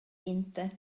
inte